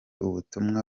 ubutumwa